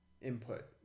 input